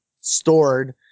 stored